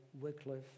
Wycliffe